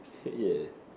yeah